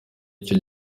icyo